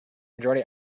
majority